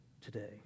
today